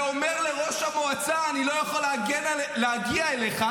ואומר לראש המועצה: אני לא יכול להגיע אליך.